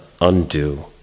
undo